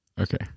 Okay